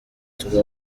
turi